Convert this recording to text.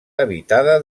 habitada